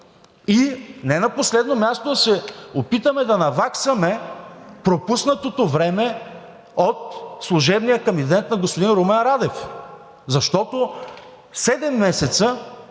и не на последно място, да се опитаме да наваксаме пропуснатото време от служебния кабинет на господин Румен Радев. Защото седем месеца,